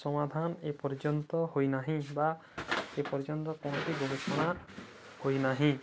ସମାଧାନ ଏପର୍ଯ୍ୟନ୍ତ ହୋଇନାହିଁ ବା ଏ ପର୍ଯ୍ୟନ୍ତ କୌଣସି ଗବେଷଣା ହୋଇନାହିଁ